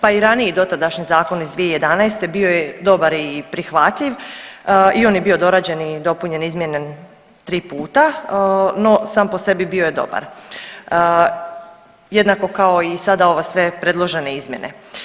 Pa i raniji dotadašnji zakon iz 2011. bio je dobar i prihvatljiv i on je bio dorađen i dopunjen, izmijenjen 3 puta, no sam po sebi bio je dobar, jednako kao i sada ove sve predložene izmjene.